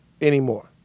anymore